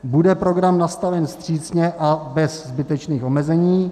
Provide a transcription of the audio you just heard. Bude program nastaven vstřícně a bez zbytečných omezení?